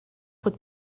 would